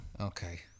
Okay